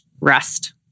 rest